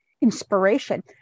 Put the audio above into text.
inspiration